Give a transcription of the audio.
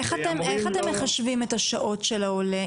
איך אתם מחשבים את השעות של העולה?